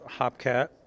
Hopcat